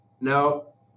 No